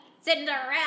Cinderella